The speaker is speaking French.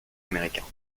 américain